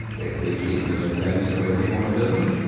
if we keep doing things the way we want to do them,